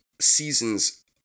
seasons